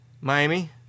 Miami